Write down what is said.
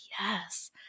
yes